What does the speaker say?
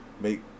make